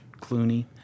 Clooney